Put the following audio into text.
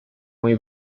muy